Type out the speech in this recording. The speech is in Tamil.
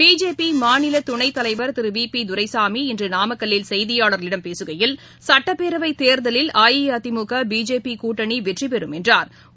பிஜேபிமாநிலதுணைத் தலைவர் திருவிபிதுரைசமி இன்றநாமக்கல்லில் செய்தியாளர்களிடம் பேசுகையில் சட்டப்பேரவைத் தேர்தலில் அஇஅதிமுக பிஜேபிகூட்டணிவெற்றிபெறும் என்றுநம்பிக்கைதெரிவித்தார்